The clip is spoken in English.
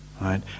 right